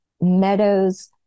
meadows